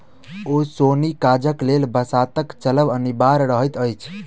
ओसौनी काजक लेल बसातक चलब अनिवार्य रहैत अछि